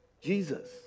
Jesus